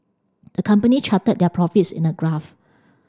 the company charted their profits in a graph